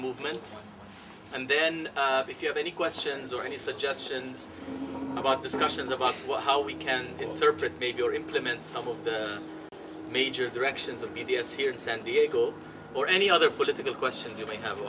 movement and then if you have any questions or any suggestions about discussions about how we can interpret big or implement some of the major directions of b d s here in san diego or any other political questions you may have